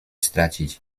stracić